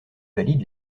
valide